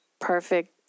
perfect